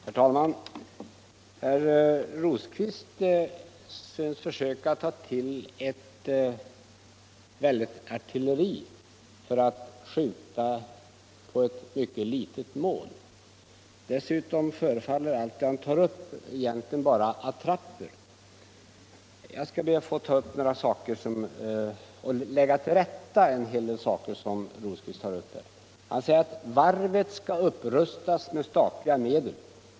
Herr talman! Herr Rosqvist tar till ett väldigt artilleri för att skjuta på ett mycket litet mål. Dessutom förefaller allt han tar upp egentligen vara attrapper. | Jag skall be att få lägga till rätta en del saker. Den första felaktigheten i herr Rosqvists anförande är att Gustafsviksvarvet skulle rustas upp med statliga medel.